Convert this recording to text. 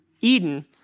Eden